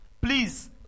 Please